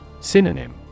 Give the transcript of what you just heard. Synonym